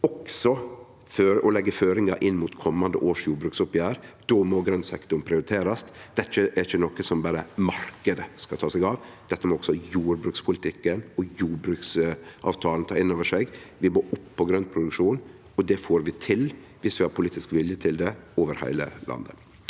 leggje føringar inn mot komande års jordbruksoppgjer. Då må grøntsektoren prioriterast. Det er ikkje noko som berre marknaden skal ta seg av. Dette må også jordbrukspolitikken og jordbruksavtalen ta inn over seg. Vi må opp på grøntproduksjon. Det får vi til dersom vi har politisk vilje til det over heile landet.